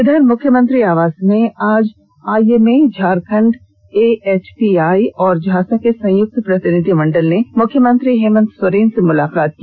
इधर मुख्यमंत्री आवास में आज आइएमए झारखंड एएचपीआई और झासा के संयुक्त प्रतिनिधिमंडल ने मुख्यमंत्री हेमंत सोरेन से मुलाकात की